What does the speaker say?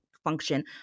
function